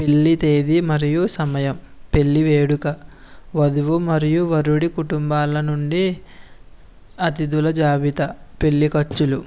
పెళ్లి తేదీ మరియు సమయం పెళ్లి వేడుక వధువు మరియు వరుడు కుటుంబాల నుండి అతిధుల జాబితా పెళ్లి ఖర్చులు